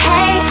Hey